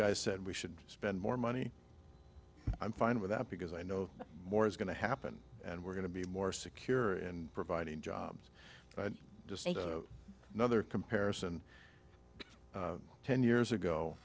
guys said we should spend more money i'm fine with that because i know more is going to happen and we're going to be more secure and providing jobs and just another comparison ten years ago